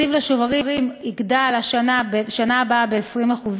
התקציב לשוברים יגדל בשנה הבאה ב-20%.